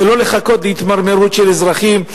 ולא לחכות להתמרמרות של אזרחים,